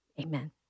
Amen